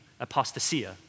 Apostasia